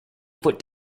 foot